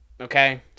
Okay